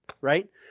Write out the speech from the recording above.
right